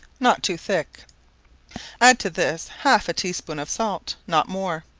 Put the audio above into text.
not too thick add to this half a tea-spoon of salt, not more,